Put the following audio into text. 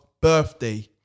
birthday